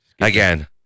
Again